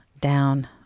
down